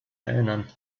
erinnern